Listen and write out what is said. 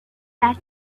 that